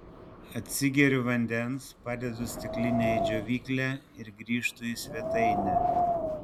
atsigeriu vandens padedu stiklinę į džiovyklę ir grįžtu į svetainę